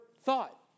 thought